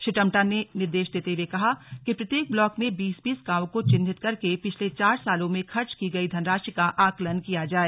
श्री टम्टा ने निर्देश देते हुए कहा कि प्रत्येक ब्लॉक में बीस बीस गांवों को चिह्नित करके पिछले चार सालों में खर्च की गई धनराशि का आकलन किया जाए